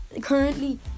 Currently